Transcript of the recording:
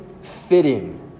fitting